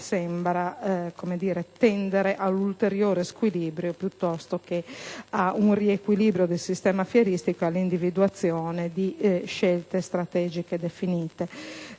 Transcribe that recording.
sembra tendere ad un ulteriore squilibrio piuttosto che ad un riequilibrio del sistema fieristico ed all'individuazione di scelte strategiche definite.